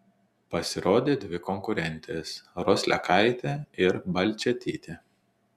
pasirodė dvi konkurentės roslekaitė ir balčėtytė